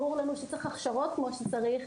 ברור לנו שצריך הכשרות כמו שצריך,